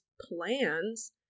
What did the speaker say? plans